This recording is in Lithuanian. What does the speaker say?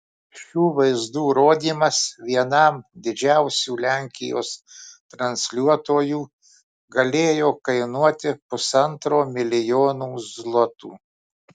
šių vaizdų rodymas vienam didžiausių lenkijos transliuotojų galėjo kainuoti pusantro milijonų zlotų